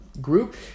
group